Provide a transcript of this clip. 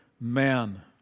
man